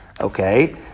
Okay